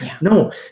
no